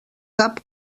cap